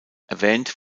erwähnt